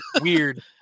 Weird